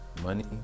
money